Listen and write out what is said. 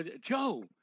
Joe